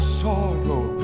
sorrow